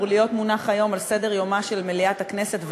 להיות מונח היום על סדר-יומה של מליאת הכנסת,